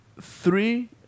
Three